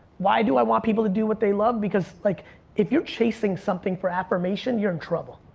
why do i want people to do what they love? because like if your chasing something for affirmation, you're in trouble.